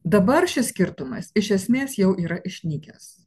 dabar šis skirtumas iš esmės jau yra išnykęs